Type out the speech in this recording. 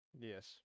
Yes